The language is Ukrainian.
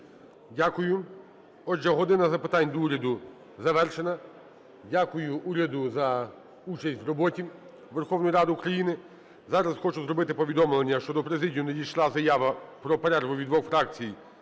Дякую. Отже, "година запитань до Уряду" завершена. Дякую уряду за участь в роботі Верховної Ради України. Зараз хочу зробити повідомлення, що в президію надійшла про перерву від двох фракцій: